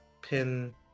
pin